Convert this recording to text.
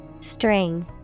String